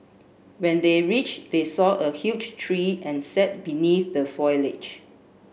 when they reached they saw a huge tree and sat beneath the foliage